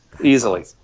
easily